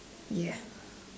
ya